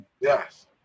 Yes